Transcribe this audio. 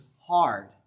hard